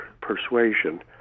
persuasion